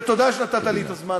תודה שנתת לי את הזמן הזה,